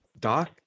Doc